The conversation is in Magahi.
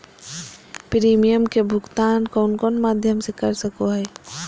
प्रिमियम के भुक्तान कौन कौन माध्यम से कर सको है?